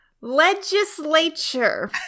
Legislature